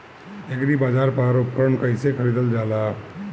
एग्रीबाजार पर उपकरण कइसे खरीदल जाला?